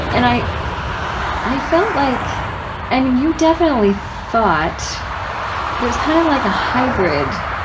and i i felt like i mean, you definitely fought, but it was kind of like a hybrid,